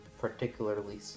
particularly